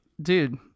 Dude